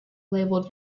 labelled